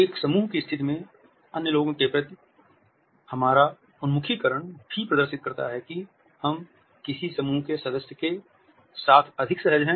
एक समूह की स्थिति में अन्य लोगों के प्रति हमारा उन्मुखीकरण भी प्रदर्शित करता है कि हम किस समूह के सदस्य के साथ अधिक सहज हैं